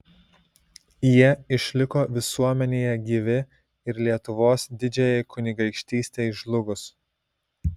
jie išliko visuomenėje gyvi ir lietuvos didžiajai kunigaikštystei žlugus